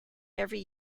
every